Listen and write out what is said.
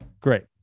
great